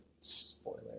spoiler